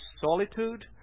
solitude